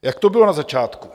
Jak to bylo na začátku?